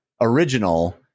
original